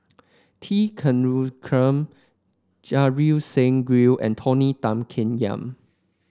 T Kulasekaram Ajit Singh Gill and Tony Tan Keng Yam